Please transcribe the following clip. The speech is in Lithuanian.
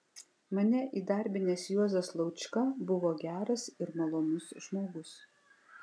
mane įdarbinęs juozas laučka buvo geras ir malonus žmogus